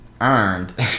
earned